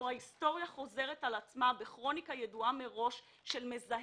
ההיסטוריה חוזרת על עצמה בכרוניקה ידועה מראש של מזהם,